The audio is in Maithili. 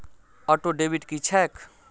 ऑटोडेबिट की छैक?